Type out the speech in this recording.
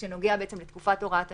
שנוגע לתקופת הוראת השעה.